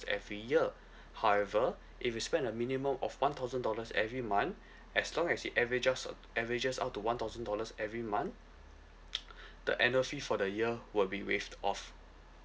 every year however if you spend a minimum of one thousand dollars every month as long as it averages uh averages out to one thousand dollars every month the annual fee for the year will be waived off